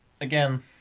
again